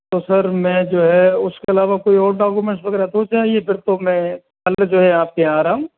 तो सर मैं जो है उसके अलावा कोई और डॉक्यूमेंट्स वगैरह तो चाहिए फिर तो मैं कल जो है आपके यहाँ आ रहा हूँ